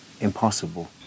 Impossible